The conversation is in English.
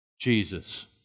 Jesus